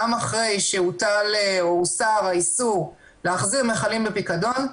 גם אחרי שהוסר האיסור להחזיר מכלים בפיקדון,